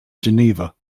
geneva